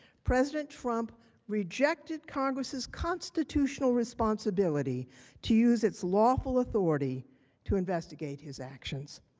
president trump rejected congress' constitutional responsibility to use its lawful authority to investigate his actions.